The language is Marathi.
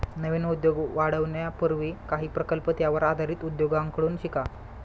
नवीन उद्योग वाढवण्यापूर्वी काही प्रकल्प त्यावर आधारित उद्योगांकडून शिका